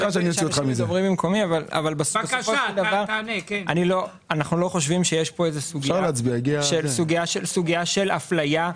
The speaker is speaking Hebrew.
אנחנו לא חושבים שיש פה סוגיה של אפליה.